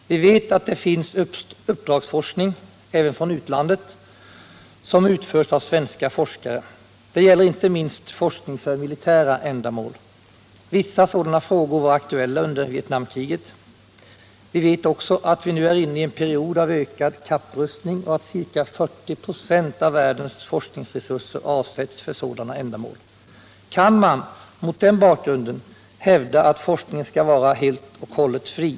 Vi vet att det finns uppdragsforskning, även från utlandet, som utförs av svenska forskare. Det gäller inte minst forskning för militära ändamål. Vissa sådana frågor var aktuella under Vietnamkriget. Vi vet också att vi nu är inne i en period av ökad kapprustning och att ca 40 ?6 av världens forskningsresurser avsätts för sådana ändamål. Kan man, mot den bakgrunden, hävda att forskningen skall vara helt och hållet fri?